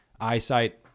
eyesight